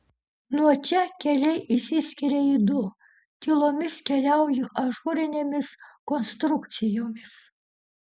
nuo čia keliai išsiskiria į du tylomis keliauju ažūrinėmis konstrukcijomis